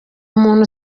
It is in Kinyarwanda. muntu